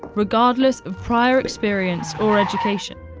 regardless of prior experience or education.